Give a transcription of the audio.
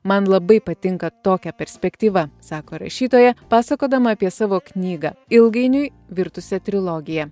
man labai patinka tokia perspektyva sako rašytoja pasakodama apie savo knygą ilgainiui virtusią trilogija